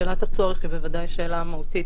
שאלת הצורך היא בוודאי שאלה מהותית.